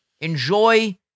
Enjoy